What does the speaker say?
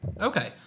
Okay